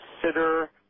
consider